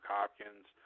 Hopkins